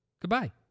goodbye